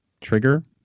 trigger